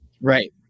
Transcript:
Right